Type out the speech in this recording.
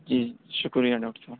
جی شکریہ ڈاکٹر صاحب